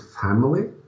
family